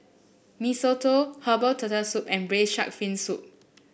Mee Soto Herbal Turtle Soup and Braised Shark Fin Soup